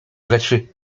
rzeczy